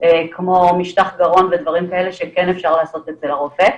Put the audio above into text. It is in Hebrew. כמו משטח גרון ודברים כאלה שכן אפשר לעשות אצל הרופא.